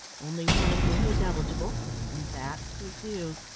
only one of whom was eligible and that was you.